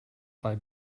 bei